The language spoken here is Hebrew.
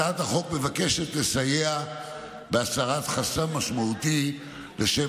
הצעת החוק מבקשת לסייע בהסרת חסם משמעותי לשם